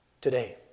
today